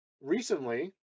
Recently